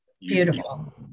beautiful